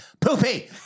poopy